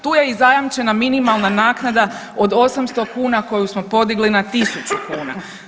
Tu je i zajamčena minimalna naknada od 800 kuna koju smo podigli na 1.000 kuna.